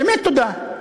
באמת תודה.